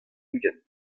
ugent